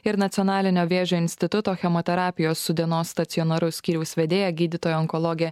ir nacionalinio vėžio instituto chemoterapijos dienos stacionaro skyriaus vedėja gydytoja onkologė